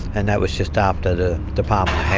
and that was just after the department